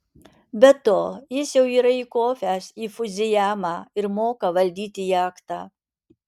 be to jis jau yra įkopęs į fudzijamą ir moka valdyti jachtą